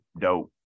dope